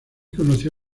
conoció